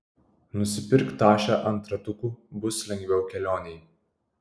nusipirk tašę ant ratukų bus lengviau kelionėj